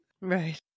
Right